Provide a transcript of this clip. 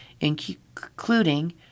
including